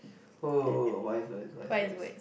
oh wise words wise words